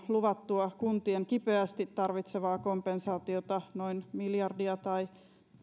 luvattua kuntien kipeästi tarvitsemaa kompensaatiota noin miljardia tai